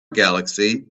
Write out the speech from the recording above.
galaxy